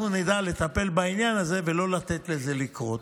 אנחנו נדע לטפל בעניין הזה, ולא ניתן לזה לקרות.